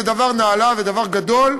זה דבר נעלה ודבר גדול,